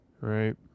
right